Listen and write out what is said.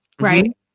right